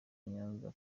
nyanza